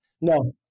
No